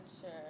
sure